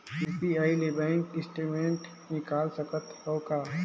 UPI ले bank statement निकाल सकत हवं का?